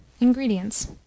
Ingredients